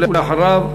ואחריו,